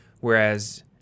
Whereas